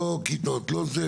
לא כיתות ולא זה,